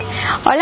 Hola